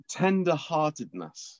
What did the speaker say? tender-heartedness